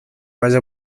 vaya